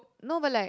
no but like